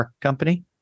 company